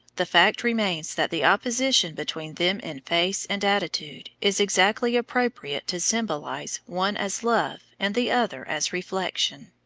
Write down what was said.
the fact remains that the opposition between them in face and attitude is exactly appropriate to symbolize one as love and the other as reflection.